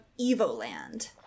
Evoland